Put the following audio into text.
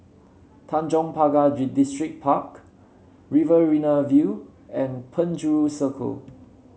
Tanjong Pagar Distripark Riverina View and Penjuru Circle